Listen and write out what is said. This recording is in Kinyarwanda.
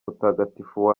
mutagatifu